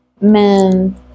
men